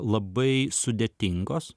labai sudėtingos